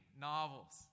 novels